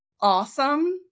awesome